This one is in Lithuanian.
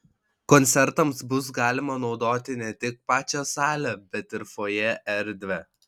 koncertams bus galima naudoti ne tik pačią salę bet ir fojė erdvę